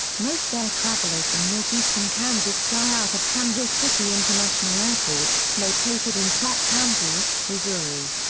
most air travelers in northeastern kansas fly out of kansas city international airport, located in platte county, missouri.